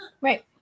Right